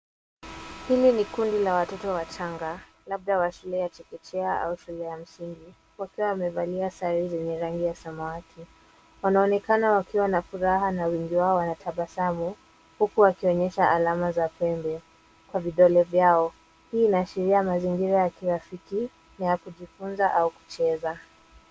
Hili ni kundi la watoto wachanga labda wa shule ya chekechea au shule ya msingi wakiwa wamevalia sare zenye rangi ya samawati. Wanaonekana wakiwa na furaha na wengi wao wanatabasamu huku wakionyesha alama za pembe kwa vidole vyao. Hii inaashiria mazingira ya kirafiki na ya kujifunza au kucheza.